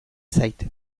zait